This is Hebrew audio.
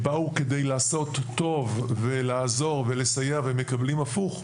ובאו לעשות טוב ולעזור ולסייע והם מקבלים הפוך.